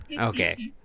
Okay